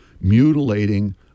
mutilating